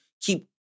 keep